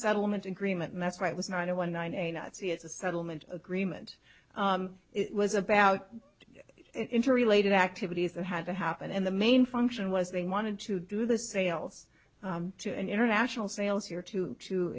settlement agreement and that's why it was not a one night a nazi it's a settlement agreement it was about to interrelated activities that had to happen and the main function was they wanted to do the sales to international sales here to to